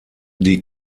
des